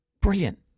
brilliant